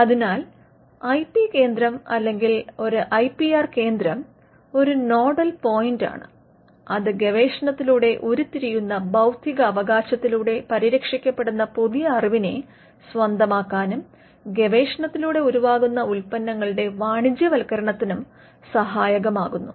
അതിനാൽ I P കേന്ദ്രം അല്ലെങ്കിൽ ഒരു ഐ പി ആർ കേന്ദ്രം ഒരു നോഡൽ പോയിന്റ് ആണ് അത് ഗവേഷണത്തിലൂടെ ഉരുത്തിരിയുന്ന ബൌദ്ധിക അവകാശത്തിലൂടെ പരിരക്ഷിക്കപെടുന്ന പുതിയ അറിവിനെ സ്വന്തമാക്കാനും ഗവേഷണത്തിലൂടെ ഉരുവാകുന്ന ഉൽപന്നങ്ങളുടെ വാണിജ്യവൽക്കരണത്തിനും സഹായകമാകുന്നു